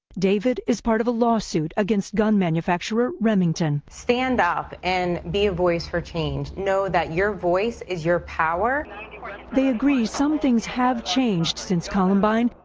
david is part of a lawsuit against gun manufacture remington. stand up and be a voice for change. know that your voice is your power. reporter they agree some things have changed since columbine.